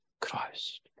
Christ